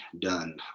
done